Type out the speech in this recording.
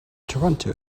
toronto